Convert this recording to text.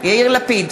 יאיר לפיד,